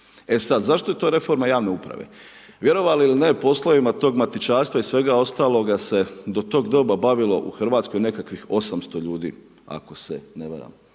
Zašto je to reforma javne uprave? Vjerovali ili ne, poslovima tog matičarstva, i svega ostaloga se do toga doba bavilo u Hrvatskoj, nekakvih 800 ljudi, ako se ne varam.